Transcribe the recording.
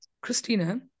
Christina